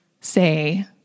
say